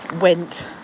went